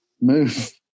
move